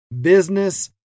business